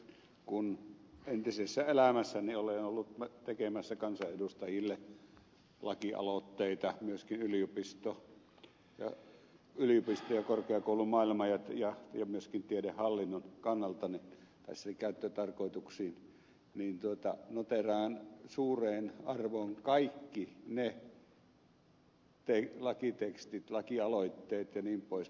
kun entisessä elämässäni olen ollut tekemässä kansanedustajille lakialoitteita myöskin yliopisto ja korkeakoulumaailman ja tiedehallinnon kannalta näihin käyttötarkoituksiin niin noteeraan suureen arvoon kaikki ne lakitekstit laki aloitteet jnp